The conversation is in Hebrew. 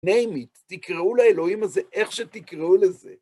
Name it, תקראו לאלוהים הזה איך שתקראו לזה.